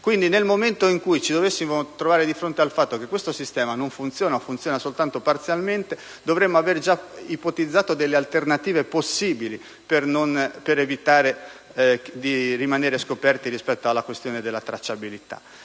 Quindi, nel momento in cui dovessimo trovarci di fronte al fatto che il sistema non funziona o funziona soltanto parzialmente, dovremmo avere già ipotizzato delle alternative possibili per evitare di rimanere scoperti rispetto alla questione della tracciabilità.